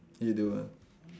you do ah